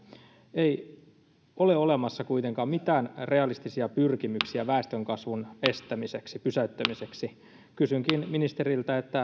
ei ole olemassa kuitenkaan mitään realistisia pyrkimyksiä väestönkasvun estämiseksi pysäyttämiseksi kysynkin ministeriltä